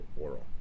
oral